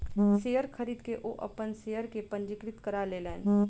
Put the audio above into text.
share खरीद के ओ अपन शेयर के पंजीकृत करा लेलैन